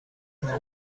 onze